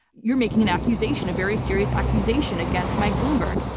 you're making an accusation. a very serious accusation against mike bloomberg.